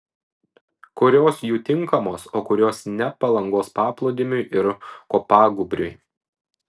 kurios jų tinkamos o kurios ne palangos paplūdimiui ir kopagūbriui